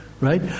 right